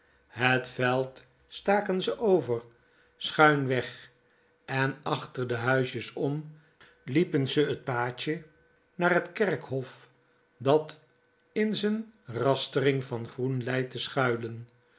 het veld staken ze over schuimweg en achter de huisjes om liepen ze t paadje naar t kerkhof dat in z'n rastering van groen lei te schuilen